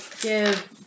give